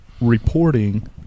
reporting